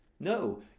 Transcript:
No